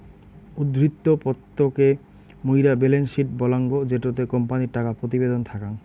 উদ্ধৃত্ত পত্র কে মুইরা বেলেন্স শিট বলাঙ্গ জেটোতে কোম্পানির টাকা প্রতিবেদন থাকাং